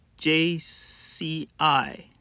JCI